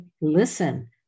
listen